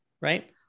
Right